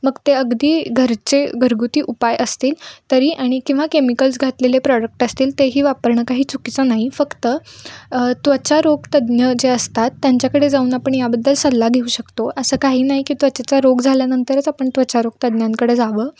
मग ते अगदी घरचे घरगुती उपाय असतील तरी आणि किंवा केमिकल्स घातलेले प्रॉडक्ट असतील तेही वापरणं काही चुकीचं नाही फक्त त्वचारोगतज्ञ जे असतात त्यांच्याकडे जाऊन आपण याबद्दल सल्ला घेऊ शकतो असं काही नाही की त्वचेचा रोग झाल्यानंतरच आपण त्वचारोगतज्ञांकडे जावं